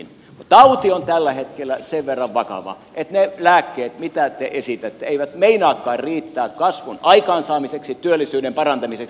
mutta tauti on tällä hetkellä sen verran vakava että ne lääkkeet mitä te esitätte eivät meinaakaan riittää kasvun aikaansaamiseksi työllisyyden parantamiseksi